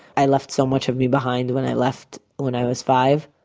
i left so much of me behind when i left when i was five.